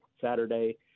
Saturday